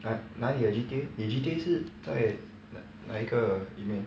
!huh! 拿你的 G_T_A 你 G_T_A 是 okay 哪一个里面